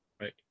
Right